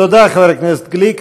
תודה, חבר הכנסת גליק.